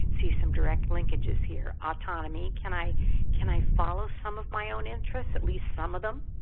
see some direct linkages here autonomy can i can i follow some of my own interests, at least some of them?